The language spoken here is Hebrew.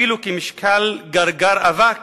אפילו כמשקל גרגר אבק,